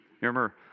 remember